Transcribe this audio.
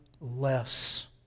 less